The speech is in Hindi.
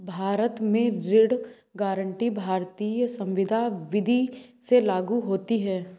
भारत में ऋण गारंटी भारतीय संविदा विदी से लागू होती है